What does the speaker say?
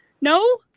No